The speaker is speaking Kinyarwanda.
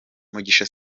mugisha